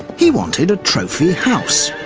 he wanted a trophy house,